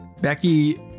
Becky